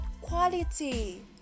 quality